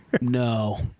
No